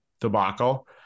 debacle